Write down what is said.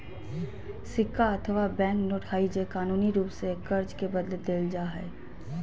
सिक्का अथवा bank note हइ जे कानूनी रूप से कर्ज के बदले देल जा हइ